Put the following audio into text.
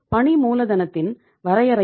பணி மூலதனத்தின் வரையறைகள்